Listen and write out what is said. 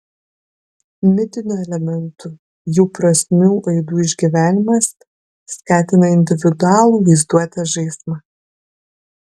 mitinių elementų jų prasmių aidų išgyvenimas skatina individualų vaizduotės žaismą